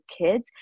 kids